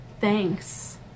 thanks